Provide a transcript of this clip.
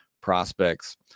prospects